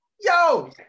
Yo